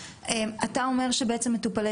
יש הרבה מטופלי